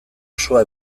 osoa